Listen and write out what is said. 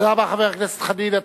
תודה רבה, חבר הכנסת חנין.